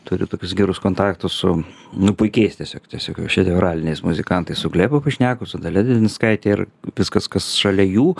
turiu tokius gerus kontaktus su nu puikiais tiesiog tiesiog jau šedevraliniais muzikantais su glebu pyšniaku su dalia dėdinskaite ir viskas kas šalia jų